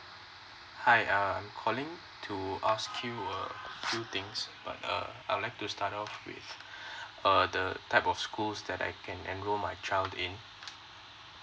hi uh I'm calling to ask you err two things uh but uh I'd like to start off with uh the type of schools that I can enroll my child in